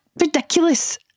ridiculous